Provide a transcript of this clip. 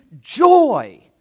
joy